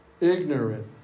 Ignorant